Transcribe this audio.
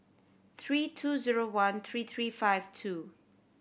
three two zero one three three five two